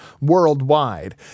worldwide